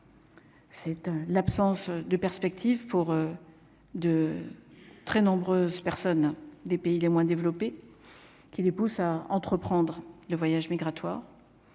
Cette l'absence de perspectives pour de très nombreuses personnes des pays les moins développés, qui les poussent à entreprendre le voyage migratoire